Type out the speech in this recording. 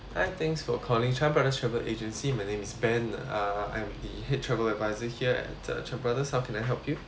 hi thanks for calling chan brother travel agency my name is ben uh I'm the head travel advisor here at the chan brothers how can I help you